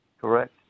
Correct